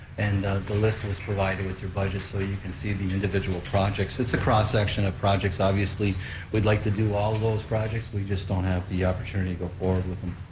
and the list was provided with your budget so you can see the individual projects. it's a cross-section of projects, obviously we'd like to do all those projects, we just don't have the opportunity to go forward with them.